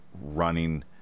running